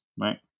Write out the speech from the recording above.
Right